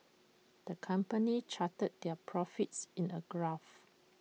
the company charted their profits in A graph